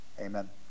Amen